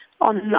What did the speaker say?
on